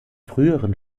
früheren